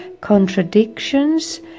contradictions